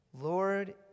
Lord